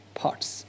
parts